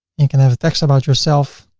you can have a text about yourself.